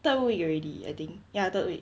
third week already I think ya third week